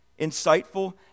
insightful